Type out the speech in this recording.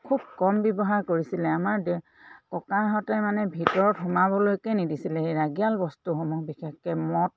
খুব কম ব্যৱহাৰ কৰিছিলে আমাৰ দে ককাহঁতে মানে ভিতৰত সোমাবলৈকে নিদিছিলে সেই ৰাগীয়াল বস্তুসমূহ বিশেষকৈ মদ